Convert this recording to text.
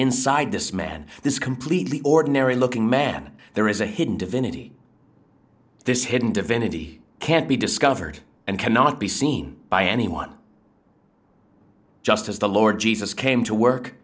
inside this man this completely ordinary looking man there is a hidden divinity this hidden divinity can't be discovered and cannot be seen by anyone just as the lord jesus came to work